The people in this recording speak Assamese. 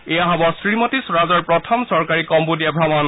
এয়া হব শ্ৰীমতী স্বৰাজৰ প্ৰথম চৰকাৰী কম্বেডিয়া ভ্ৰমণ